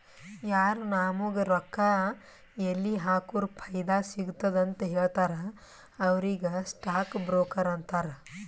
ಯಾರು ನಾಮುಗ್ ರೊಕ್ಕಾ ಎಲ್ಲಿ ಹಾಕುರ ಫೈದಾ ಸಿಗ್ತುದ ಅಂತ್ ಹೇಳ್ತಾರ ಅವ್ರಿಗ ಸ್ಟಾಕ್ ಬ್ರೋಕರ್ ಅಂತಾರ